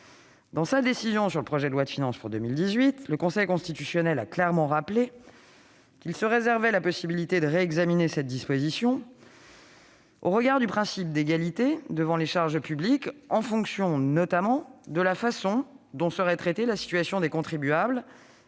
dans sa décision sur le projet de loi de finances pour 2018, le Conseil constitutionnel a clairement rappelé qu'il se réservait la possibilité de réexaminer cette disposition au regard du principe d'égalité devant les charges publiques, en fonction notamment de la façon dont serait traitée la situation des contribuables